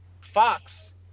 fox